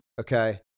Okay